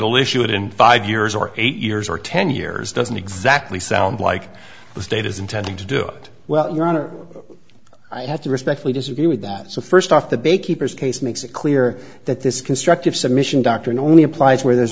all issued in five years or eight years or ten years doesn't exactly sound like the state is intending to do it well your honor i have to respectfully disagree with that so first off the bay keeper's case makes it clear that this constructive submission doctrine only applies where there's